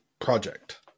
project